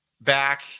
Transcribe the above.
back